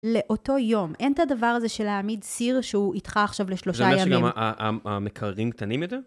לאותו יום. אין את הדבר הזה של להעמיד סיר שהוא איתך עכשיו לשלושה ימים. -זה אומר שגם ה... המקררים קטנים יותר?